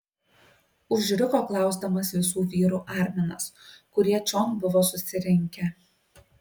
užriko klausdamas visų vyrų arminas kurie čion buvo susirinkę